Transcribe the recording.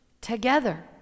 together